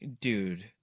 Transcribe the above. dude